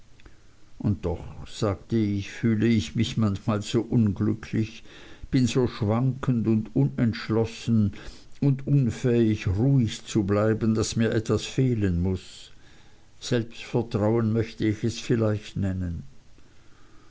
und doch sagte ich fühle ich mich manchmal so unglücklich bin so schwankend und unentschlossen und unfähig ruhig zu bleiben daß mir etwas fehlen muß selbstvertrauen möchte ich es vielleicht nennen